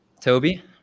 Toby